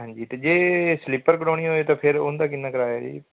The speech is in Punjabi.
ਹਾਂਜੀ ਅਤੇ ਜੇ ਸਲੀਪਰ ਕਰਵਾਉਣੀ ਹੋਏ ਤਾਂ ਫਿਰ ਉਹਦਾ ਕਿੰਨਾ ਕਿਰਾਇਆ ਜੀ